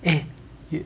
eh you